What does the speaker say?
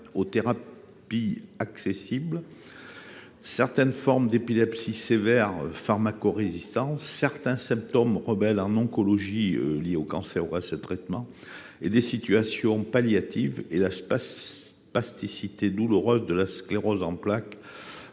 aux thérapies accessibles, certaines formes d’épilepsie sévères et pharmacorésistantes, certains symptômes rebelles en oncologie liés au cancer ou à ses traitements, des situations palliatives et la spasticité douloureuse de la sclérose en plaques